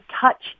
touch